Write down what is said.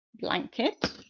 blanket